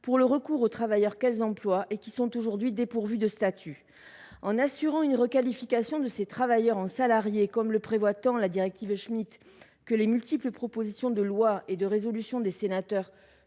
pour le recours aux travailleurs qu’elles emploient et qui sont aujourd’hui dépourvus de statut. En assurant une requalification de ces travailleurs en salariés, comme le prévoient tant la directive Schmit que les multiples propositions de loi et de résolution des sénateurs